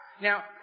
Now